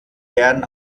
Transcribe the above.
werden